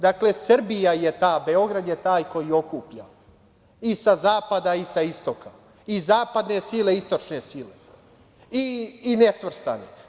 Dakle, Srbija je ta, Beograd je taj okuplja i sa zapada i sa istoka, i zapadne sile i istočne sile i nesvrstane.